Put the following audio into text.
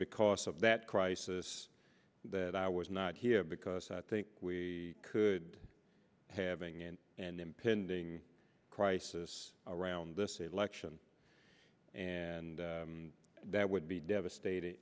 because of that crisis that i was not here because i think we could having in an impending crisis around this election and that would be devastat